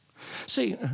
See